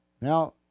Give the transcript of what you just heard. Now